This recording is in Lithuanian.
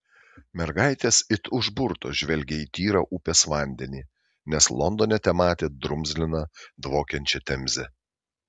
mergaitės it užburtos žvelgė į tyrą upės vandenį nes londone tematė drumzliną dvokiančią temzę